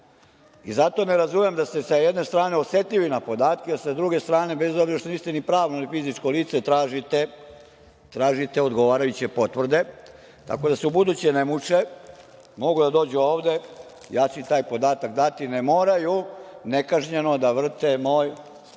pilo“.Zato ne razumem da ste s jedne strane osetljivi na podatke, a s druge strane, bez obzira što niste ni pravno, ni fizičko lice, tražite odgovarajuće potvrde, tako da se ubuduće ne muče, mogu da dođu ovde, ja ću im taj podatak dati. Ne moraju nekažnjeno da vrte moj matični